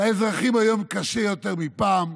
לאזרחים היום קשה יותר מפעם,